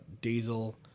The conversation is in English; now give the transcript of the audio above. diesel